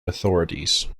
authorities